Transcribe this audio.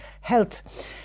Health